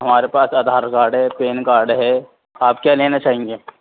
ہمارے پاس آدھار کارڈ ہے پین کارڈ ہے آپ کیا لینا چاہیں گے